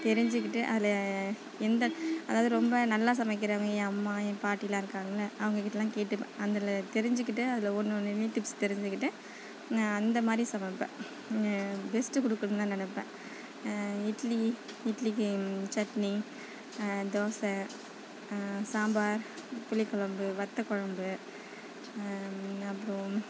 தெரிஞ்சிக்கிட்டு அதில் எந்த அதாவது ரொம்ப நல்லா சமைக்கிறவங்க என் அம்மா என் பாட்டிலாம் இருக்காங்கல்ல அவங்கக்கிட்டலாம் கேட்டுப்பேன் அதில் தெரிஞ்சுக்கிட்டு அதில் ஒன்று ஒன்றுலையும் டிப்ஸ் தெரிஞ்சுக்கிட்டு நான் அந்தமாதிரி சமைப்பேன் பெஸ்ட்டு கொடுக்கணும்னு தான் நினைப்பேன் இட்லி இட்லிக்கு சட்னி தோசை சாம்பார் புளிக்குழம்பு வத்தக்குழம்பு அப்புறம்